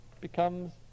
becomes